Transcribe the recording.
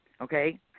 okay